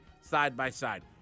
side-by-side